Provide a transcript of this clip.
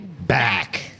back